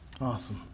Awesome